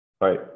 Right